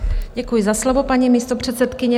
Děkuji za slovo, paní místopředsedkyně.